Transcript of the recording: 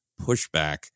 pushback